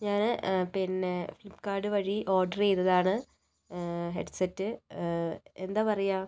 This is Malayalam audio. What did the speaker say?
ഞാൻ പിന്നെ ഫ്ലിപ്കാർട്ട് വഴി ഓർഡർ ചെയ്തതാണ് ഹെഡ്സെറ്റ് എന്താണ് പറയുക